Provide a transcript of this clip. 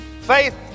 Faith